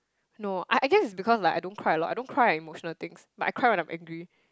no I I guess it's because like I don't cry a lot I don't cry at emotional things but I cry when I'm angry